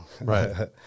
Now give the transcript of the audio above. Right